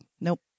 nope